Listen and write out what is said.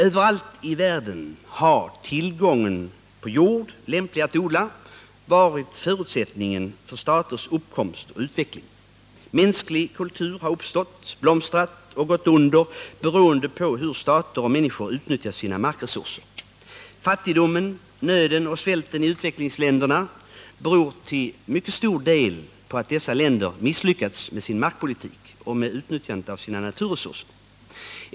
Överallt i världen har tillgången på jord, lämplig att odla, varit förutsättningen för staters uppkomst och utveckling. Mänsklig kultur har uppstått, blomstrat och gått under beroende på hur stater och människor utnyttjat sina markresurser. Fattigdomen, nöden och svälten i utvecklingsländerna beror till stor del på att dessa länder misslyckats med sin markpolitik och med utnyttjandet av sina naturresurser.